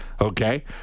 Okay